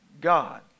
God